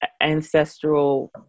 ancestral